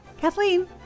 Kathleen